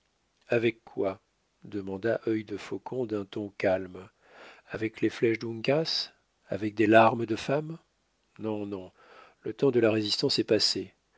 avec quoi demanda œil de faucon d'un ton calme avec les flèches d'uncas avec des larmes de femmes non non le temps de la résistance est passé